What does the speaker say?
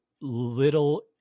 Little